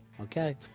Okay